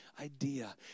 idea